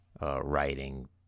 writing